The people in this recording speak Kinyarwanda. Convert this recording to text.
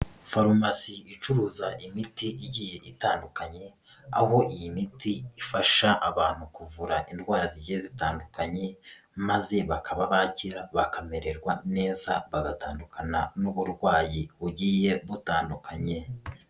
Farumasi icuruza imiti igiye itandukanye, aho iyi miti ifasha abantu kuvura indwara zigiye zitandukanye, maze bakaba bakira bakamererwa neza, bagatandukana n'uburwayi bugiye butandukanye.